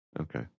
okay